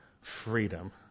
freedom